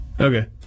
Okay